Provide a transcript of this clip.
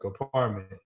apartment